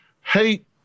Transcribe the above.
hate